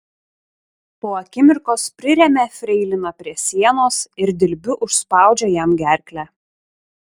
po akimirkos priremia freiliną prie sienos ir dilbiu užspaudžia jam gerklę